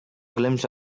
glimpse